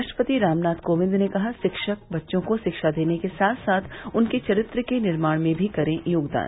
राष्ट्रपति रामनाथ कोविंद ने कहा शिक्षक बच्चों को शिक्षा देने के साथ साथ उनके चरित्र के निर्माण में भी करे योगदान